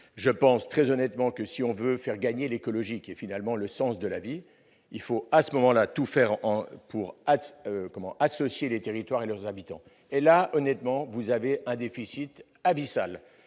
je pense très honnêtement que, si l'on veut faire gagner l'écologie, ce qui est finalement le sens de la vie, il faut alors tout faire pour associer les territoires et leurs habitants. Or sur ce point, honnêtement, vous avez un déficit abyssal.